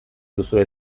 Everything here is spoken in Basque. duzue